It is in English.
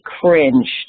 cringed